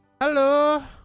Hello